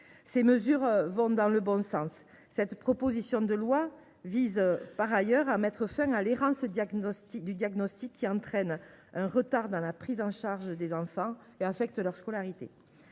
Ces mesures vont dans le bon sens. Par ailleurs, cette proposition de loi vise à mettre fin à l’errance de diagnostic, qui entraîne un retard dans la prise en charge des enfants et affecte leur scolarité.